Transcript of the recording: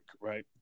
right